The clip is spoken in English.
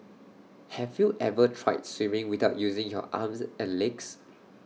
have you ever tried swimming without using your arms and legs